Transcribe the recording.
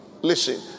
Listen